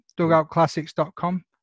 dugoutclassics.com